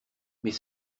mes